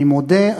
אני מודה,